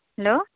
hello